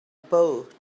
both